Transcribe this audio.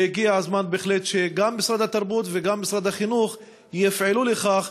ובהחלט הגיע הזמן שגם משרד התרבות וגם משרד החינוך יפעלו לכך